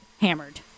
hammered